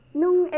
nung